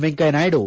Venkaiah Naidu